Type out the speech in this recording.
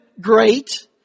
Great